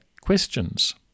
questions